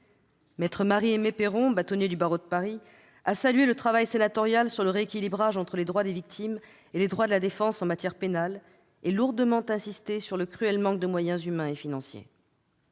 M Marie Aimé Peyron, bâtonnier du barreau de Paris, a salué le travail sénatorial sur le rééquilibrage entre les droits des victimes et les droits de la défense en matière pénale, et lourdement insisté sur le cruel manque de moyens humains et financiers.